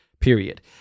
period